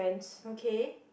okay